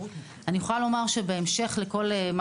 אני יכולה לומר שבהמשך לכל מה